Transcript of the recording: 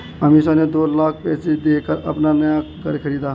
अमीषा ने दो लाख पैसे देकर अपना नया घर खरीदा